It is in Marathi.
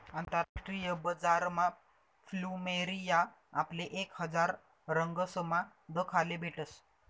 आंतरराष्ट्रीय बजारमा फ्लुमेरिया आपले एक हजार रंगसमा दखाले भेटस